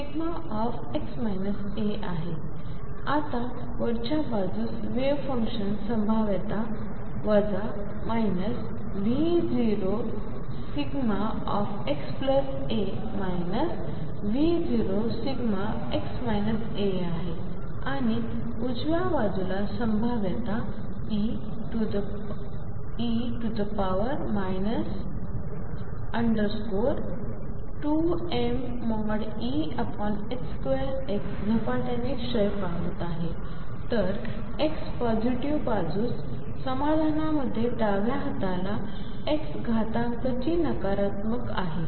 आहे आता वरच्या बाजूस वेव्ह फंक्शन संभाव्यता वजा V0xa V0 आहे आणि उजव्या बाजूला संभाव्यता e 2mE2xझपाट्याने क्षय पावत आहे तर x पॉझिटिव्ह बाजूस समाधानामध्ये डाव्या हाताला x घातांक ची नकारात्मक आहे